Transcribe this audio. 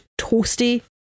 toasty